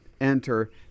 enter